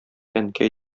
әнкәй